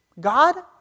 God